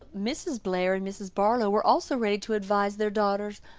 mrs. blair and mrs. barlow were also ready to advise their daughters,